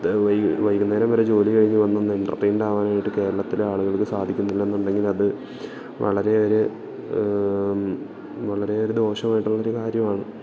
വൈകുന്നേരം വരെ ജോലി കഴിഞ്ഞ് വന്നൊന്ന് എന്റര്ടൈൻഡ് ആവാനായിട്ട് കേരളത്തിലെ ആളുകൾക്ക് സാധിക്കുന്നില്ലെന്നുണ്ടെങ്കില് അത് വളരെയേറെ വളരെയൊരു ദോഷമായിട്ടുള്ളൊരു കാര്യമാണ്